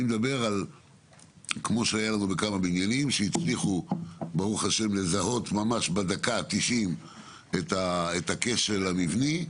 אני מדבר על בניינים שהצליחו לזהות בדקה ה-90 את הכשל המבני,